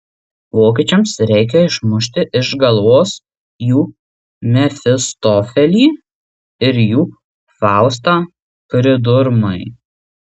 vokiečiams reikia išmušti iš galvos jų mefistofelį ir jų faustą pridurmai